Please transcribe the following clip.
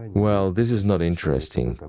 well, this is not interesting,